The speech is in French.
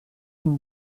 une